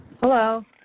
Hello